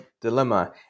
dilemma